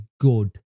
good